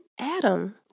Adam